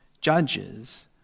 judges